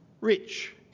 rich